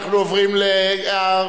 מי שלא עומד בארבעה